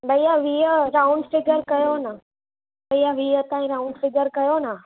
भैया वीह round figure कयो न भैया वीह ताईं राउंड फ़ीगर कयो न